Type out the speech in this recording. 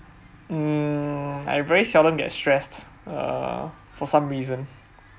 um I very seldom get stressed uh for some reason